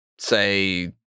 Say